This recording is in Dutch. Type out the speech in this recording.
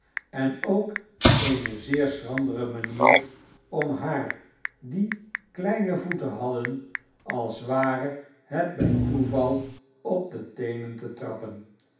en ook eene zeer schandere manier om haar die kleine voeten hadden als ware het bij toeval op de teenen te trappen